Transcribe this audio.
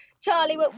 Charlie